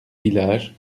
village